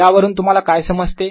यावरून तुम्हाला काय समजते